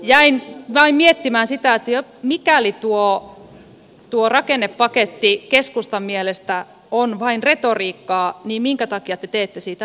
jäin vain miettimään sitä että mikäli tuo rakennepaketti keskustan mielestä on vain retoriikkaa niin minkä takia te teette siitä välikysymyksen